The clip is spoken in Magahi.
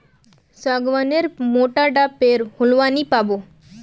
सागवान नेर मोटा डा पेर होलवा नी पाबो